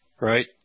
right